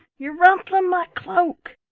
you're rumpling my cloak!